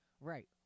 Right